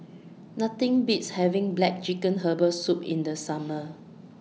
Nothing Beats having Black Chicken Herbal Soup in The Summer